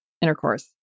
intercourse